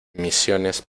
misiones